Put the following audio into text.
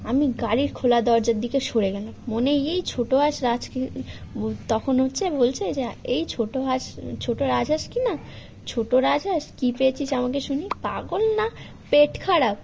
আমি গাড়ির খোলা দরজার দিকে সরে গেলাম মনে এই ছোটো হাঁস রাজ কি তখন হচ্ছে বলছে যে আ এই ছোটো হাঁস ছো্টো রাজহাঁস কি না ছোটো রাজহাঁস কী পেয়েছিস আমাকে শুনি পাগল না পেট খারাপ